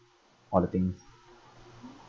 all the things